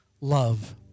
love